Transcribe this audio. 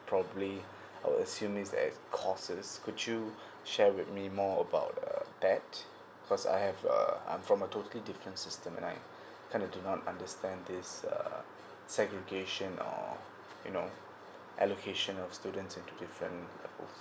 probably I will assume is at courses could you share with me more about uh that cause I have uh um from a totally different system and I kind of do not understand this err segregation or you know allocation of students into different